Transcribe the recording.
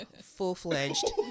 full-fledged